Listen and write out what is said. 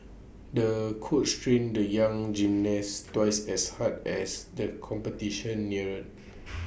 the coach trained the young gymnast twice as hard as the competition neared